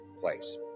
Place